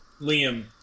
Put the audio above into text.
Liam